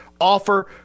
offer